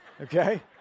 Okay